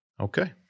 Okay